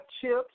chips